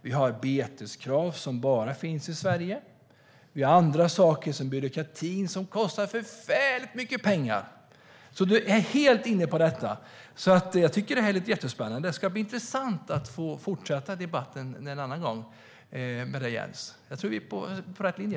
Vi har beteskrav som bara finns i Sverige. Vi har andra saker som byråkratin som kostar förfärligt mycket pengar. Du är helt inne på detta. Jag tycker att det lät jättespännande. Det ska bli intressant att få fortsätta debatten med dig en annan gång, Jens. Jag tror att vi är på rätt linje.